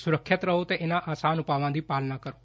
ਸੁਰੱਖਿਅਤ ਰਹੋ ਅਤੇ ਇਨ੍ਹਾਂ ਆਸਾਨ ਉਪਾਵਾਂ ਦੀ ਪਾਲਣਾ ਕਰੋ